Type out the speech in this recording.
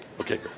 Okay